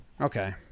Okay